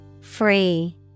Free